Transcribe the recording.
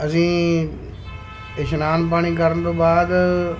ਅਸੀਂ ਇਸ਼ਨਾਨ ਪਾਣੀ ਕਰਨ ਤੋਂ ਬਾਅਦ